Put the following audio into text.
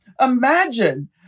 imagine